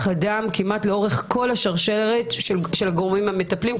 אדם כמעט לאורך כל השרשרת של הגורמים המטפלים,